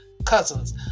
cousins